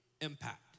impact